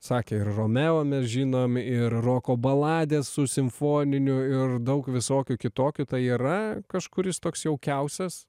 sakė ir romeo mes žinom ir roko baladės su simfoniniu ir daug visokių kitokių tai yra kažkuris toks jaukiausias